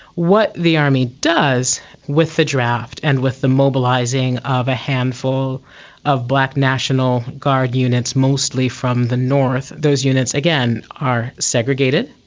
what the army does with the draft and with the mobilising of a handful of black national guard units mostly from the north, those units, again, are segregated,